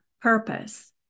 purpose